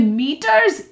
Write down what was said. meters